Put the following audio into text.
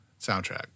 soundtrack